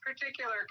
particular